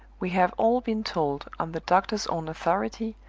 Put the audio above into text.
we have all been told, on the doctor's own authority,